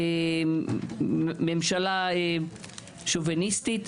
ממשלה שוביניסטית.